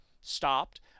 stopped